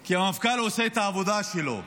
כי המפכ"ל עושה את העבודה שלו.